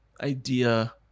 idea